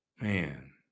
Man